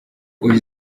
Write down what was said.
uyu